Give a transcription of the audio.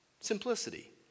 Simplicity